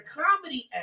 comedy